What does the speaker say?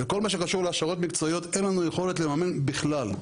בכל מה שקשור להעשרות מקצועיות אין לנו יכולת לממן בכלל.